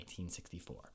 1964